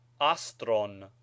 astron